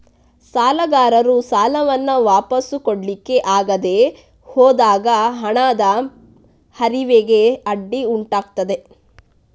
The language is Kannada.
ಸಾಲಗಾರರು ಸಾಲವನ್ನ ವಾಪಸು ಕೊಡ್ಲಿಕ್ಕೆ ಆಗದೆ ಹೋದಾಗ ಹಣದ ಹರಿವಿಗೆ ಅಡ್ಡಿ ಉಂಟಾಗ್ತದೆ